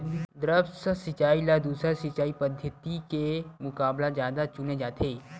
द्रप्स सिंचाई ला दूसर सिंचाई पद्धिति के मुकाबला जादा चुने जाथे